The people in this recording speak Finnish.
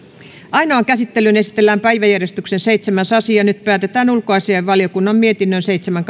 ainoaan käsittelyyn esitellään päiväjärjestyksen seitsemäs asia nyt päätetään ulkoasiainvaliokunnan mietinnön seitsemän